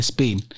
Spain